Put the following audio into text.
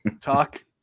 Talk